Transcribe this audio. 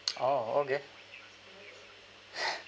orh okay